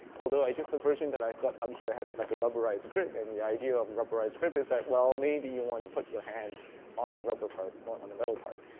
although i guess the version that i've got up here has and like a rubberized grip. and the idea of a rubberized grip is that, well, maybe you want to put your hand on the rubber part, not on the metal part.